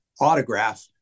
autograph